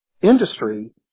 industry